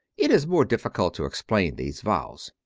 it is more difficult to explain these vows.